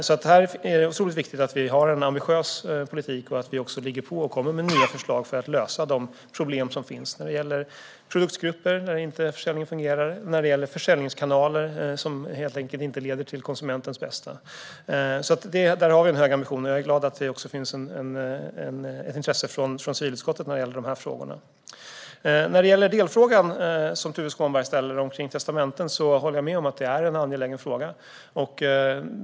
Det är otroligt viktigt att vi har en ambitiös politik och kommer med nya förslag för att lösa de problem som finns när det gäller produktgrupper där försäljningen inte fungerar, när det gäller försäljningskanaler som helt enkelt inte leder till konsumentens bästa. Där har vi en hög ambition, och jag är glad över att det också finns ett intresse från civilutskottet för dessa frågor. Beträffande delfrågan som Tuve Skånberg ställde om testamenten håller jag med om att det är en angelägen fråga.